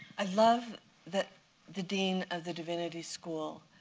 i love that the dean of the divinity school,